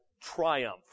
triumph